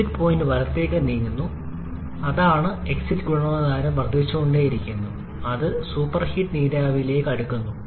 exit point വലത്തേക്ക് നീങ്ങുന്നു അതാണ് എക്സിറ്റ് ഗുണനിലവാരവും വർദ്ധിച്ചുകൊണ്ടിരിക്കുന്നു അത് സൂപ്പർഹീറ്റ് നീരാവിയിലേക്ക് അടുക്കുന്നു